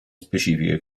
specifiche